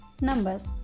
numbers